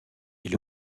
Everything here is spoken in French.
est